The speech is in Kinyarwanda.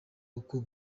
uko